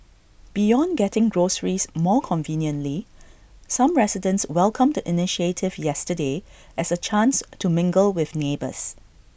beyond getting groceries more conveniently some residents welcomed the initiative yesterday as A chance to mingle with neighbours